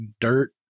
dirt